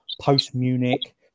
post-Munich